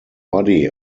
body